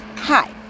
Hi